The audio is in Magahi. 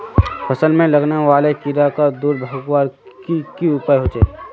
फसल में लगने वाले कीड़ा क दूर भगवार की की उपाय होचे?